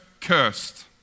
cursed